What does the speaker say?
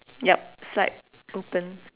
yup slight open